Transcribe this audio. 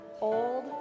old